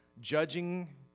judging